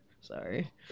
Sorry